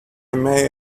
may